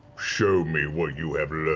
show me what you